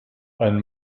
ein